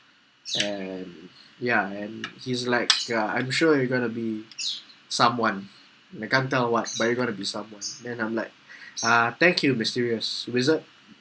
and ya and he's like ya I'm sure you going to be someone I can't tell what but you're going to be someone then I'm like uh thank you mysterious wizard